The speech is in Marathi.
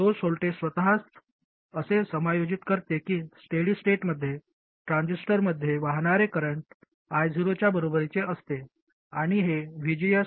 सोर्स व्होल्टेज स्वतःस असे समायोजित करते की स्टेडी स्टेटमध्ये ट्रान्झिस्टरमध्ये वाहणारे करंट I0 च्या बरोबरीचे असते